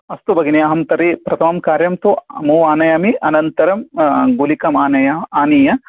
अस्तु भगिनी अहं तर्हि प्रथमं कार्यं तु मूव् आनयामि अनन्तरं गुलिकाम् आनया आनीय